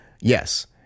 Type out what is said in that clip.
Yes